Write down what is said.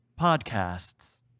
Podcasts